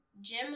Jim